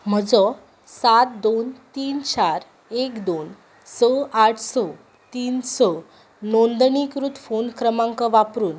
म्हजो सात दोन तीन चार एक दोन स आठ स तीन स नोंदणीकृत फोन क्रमांक वापरून